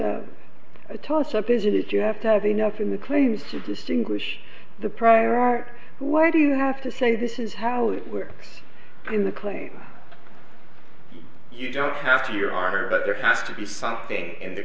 is a toss up isn't it you have to have enough in the claims to distinguish the prior art why do you have to say this is how it works in the claim you don't have to your are but there has to be something in the